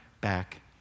back